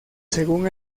según